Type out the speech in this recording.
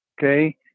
okay